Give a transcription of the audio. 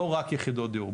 לא רק יחידות דיור.